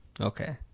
Okay